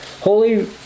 Holy